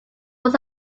was